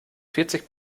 vierzig